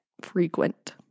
frequent